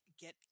get